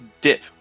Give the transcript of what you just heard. dip